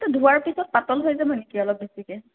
সেইটো ধোৱাৰ পিছত পাতল হৈ যাব নেকি অলপ বেছিকে